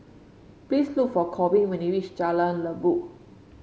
please look for Korbin when you reach Jalan Lekub